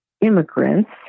immigrants